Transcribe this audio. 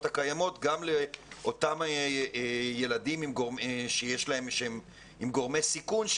הקיימות גם לאותם ילדים שהם עם גורמי סיכון,